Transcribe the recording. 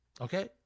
Okay